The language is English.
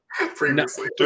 previously